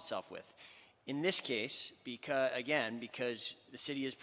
itself with in this case because again because the city is